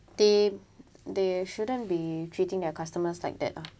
they they shouldn't be treating their customers like that ah